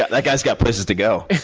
that guy's got places to go.